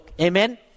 Amen